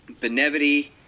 Benevity